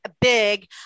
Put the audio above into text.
big